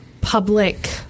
public